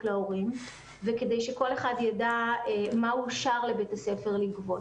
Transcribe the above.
להורים וכדי שכל אחד ידע מה אושר לבית הספר לגבות.